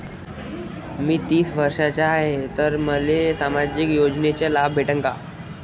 मी तीस वर्षाचा हाय तर मले सामाजिक योजनेचा लाभ भेटन का?